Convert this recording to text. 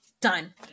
done